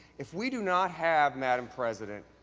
if we do not have, madam president,